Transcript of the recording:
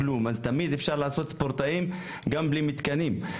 תמיד אפשר להיות ספורטאים גם בלי מתקנים,